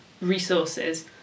resources